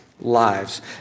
Lives